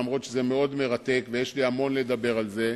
אף-על-פי שזה מאוד מרתק ויש לי המון לומר על זה.